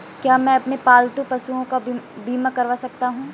क्या मैं अपने पालतू पशुओं का बीमा करवा सकता हूं?